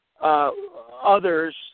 Others